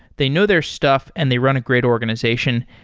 they know their stuff and they run a great organization.